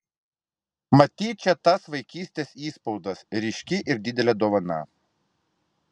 matyt čia tas vaikystės įspaudas ryški ir didelė dovana